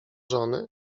żony